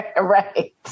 Right